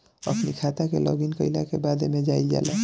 अपनी खाता के लॉगइन कईला के बाद एमे जाइल जाला